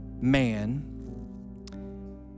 man